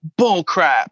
bullcrap